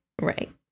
Right